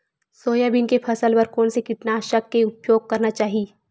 Soybean के फसल बर कोन से कीटनाशक के उपयोग करना चाहि?